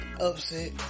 Upset